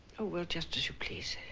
oh well just as you please